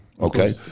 okay